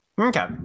Okay